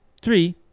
three